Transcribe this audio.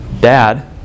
Dad